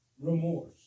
remorse